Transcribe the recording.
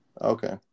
Okay